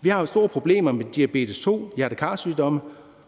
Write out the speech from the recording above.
Vi har jo store problemer med type 2-diabetes, hjerte-kar-sygdomme